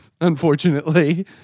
unfortunately